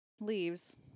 Leaves